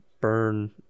burn